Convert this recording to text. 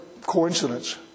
coincidence